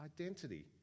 identity